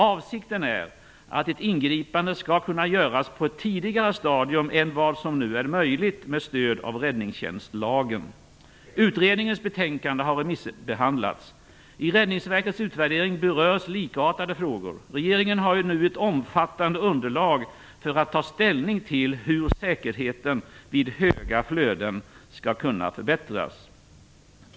Avsikten är att ett ingripande skall kunna göras på ett tidigare stadium än vad som nu är möjligt med stöd av räddningstjänstlagen. Utredningens betänkande har remissbehandlats. I Räddningsverkets utvärdering berörs likartade frågor. Regeringen har nu ett omfattande underlag för att ta ställning till hur säkerheten vid höga flöden skall kunna förbättras.